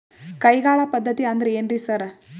ಕೈಗಾಳ್ ಪದ್ಧತಿ ಅಂದ್ರ್ ಏನ್ರಿ ಸರ್?